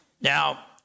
Now